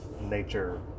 nature